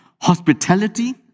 Hospitality